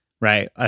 right